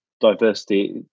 diversity